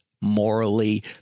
morally